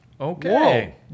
okay